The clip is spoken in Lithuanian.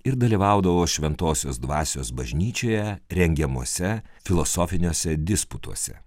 ir dalyvaudavo šventosios dvasios bažnyčioje rengiamose filosofiniuose disputuose